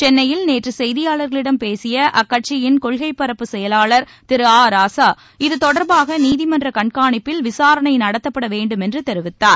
சென்னையில் நேற்று செய்தியாளர்களிடம் பேசிய அக்கட்சியின் கொள்கை பரப்புச் செயலாளர் திரு ஆ ராசா இதுதொடர்பாக நீதிமன்றக் கண்காணிப்பில் விசாரணை நடத்தப்பட வேண்டுமென்று தெரிவித்தார்